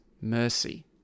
mercy